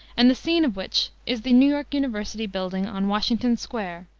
and the scene of which is the new york university building on washington square,